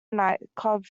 nightclub